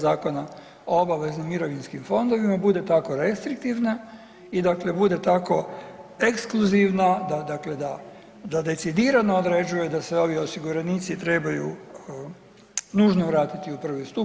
Zakona o obaveznim mirovinskim fondovima bude tako restriktivna i dakle bude tako ekskluzivna da dakle da, da decidirano određuje da se ovi osiguranici trebaju nužno vratiti u prvi stup.